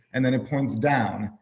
and then it points down,